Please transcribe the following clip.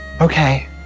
Okay